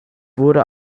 wurde